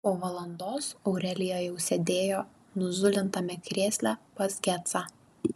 po valandos aurelija jau sėdėjo nuzulintame krėsle pas gecą